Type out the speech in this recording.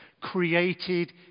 created